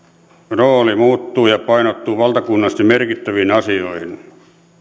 rooli muuttuu ja painottuu valtakunnallisesti merkittäviin asioihin